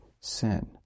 sin